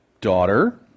Daughter